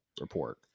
report